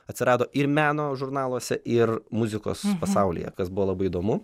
atsirado ir meno žurnaluose ir muzikos pasaulyje kas buvo labai įdomu